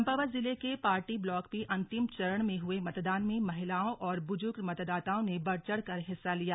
चंपावत जिले के पाटी ब्लॉक में अंतिम चरण में हुए मतदान में महिलाओं और बुजुर्ग मतदाताओं ने बढ़चढ़ कर हिस्सा लिया